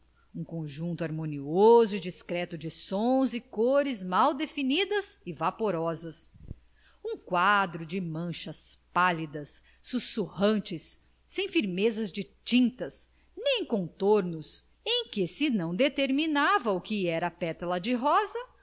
conjunto harmonioso e discreto de sons e cores mal definidas e vaporosas um quadro de manchas pálidas sussurrantes sem firmezas de tintas nem contornos em que se não determinava o que era pétala de rosa